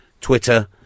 Twitter